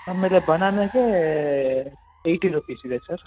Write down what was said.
ಅಂದರೆ ಬನಾನಗೇ eighty rupees ಇದೆ ಸರ್